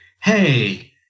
hey